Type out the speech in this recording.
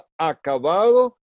acabado